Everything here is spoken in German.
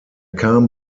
kam